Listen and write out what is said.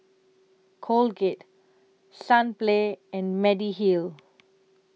Colgate Sunplay and Mediheal